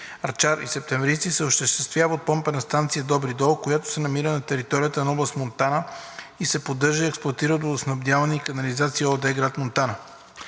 Арчар и Септемврийци се осъществява от Помпена станция „Добри дол“, която се намира на територията на област Монтана и се поддържа и експлоатира от „Водоснабдяване и канализация“ ООД – град Монтана.